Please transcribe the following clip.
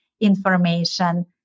information